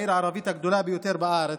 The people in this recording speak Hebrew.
העיר הערבית הגדולה ביותר בארץ,